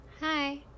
Hi